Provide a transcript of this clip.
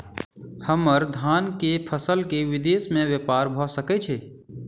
हम्मर धान केँ फसल केँ विदेश मे ब्यपार भऽ सकै छै?